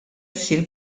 ssir